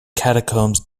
catacombs